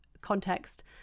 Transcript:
context